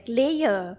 layer